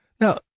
Now